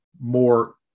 more